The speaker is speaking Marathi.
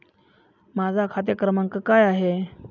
माझा खाते क्रमांक काय आहे?